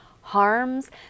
harms